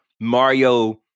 Mario